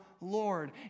Lord